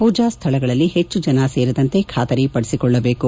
ಪೂಜಾ ಸ್ಥಳಗಳಲ್ಲಿ ಹೆಚ್ಚು ಜನ ಸೇರದಂತೆ ಖಾತರಿ ಪಡಿಸಿಕೊಳ್ಳಬೇಕು